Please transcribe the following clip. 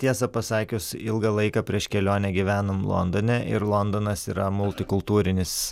tiesą pasakius ilgą laiką prieš kelionę gyvenom londone ir londonas yra multikultūrinis